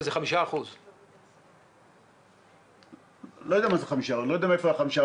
אבל זה 5%. אני לא יודע מאיפה המספר הזה.